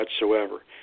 whatsoever